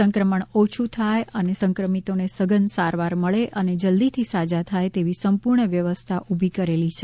સંક્રમણ ઓછું થાય અને સંક્રમિતોને સઘન સારવાર મળે અને જલ્દીથી સાજા થાય તેવી સંપૂર્ણ વ્યવસ્થાઓ ઉભી કરેલી છે